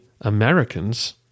Americans